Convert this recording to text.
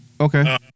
Okay